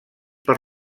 per